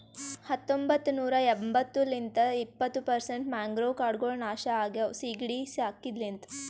ಹತೊಂಬತ್ತ ನೂರಾ ಎಂಬತ್ತು ಲಿಂತ್ ಇಪ್ಪತ್ತು ಪರ್ಸೆಂಟ್ ಮ್ಯಾಂಗ್ರೋವ್ ಕಾಡ್ಗೊಳ್ ನಾಶ ಆಗ್ಯಾವ ಸೀಗಿಡಿ ಸಾಕಿದ ಲಿಂತ್